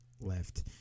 left